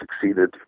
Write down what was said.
succeeded